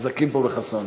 חזקים פה בחסוֹן.